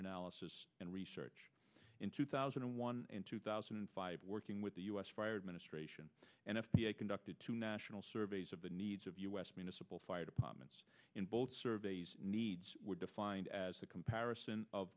analysis and research in two thousand and one and two thousand and five working with the u s fired ministration and f b i conducted two national surveys of the needs of u s municipal fire departments in both surveys needs were defined as a comparison of